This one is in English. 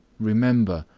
remember,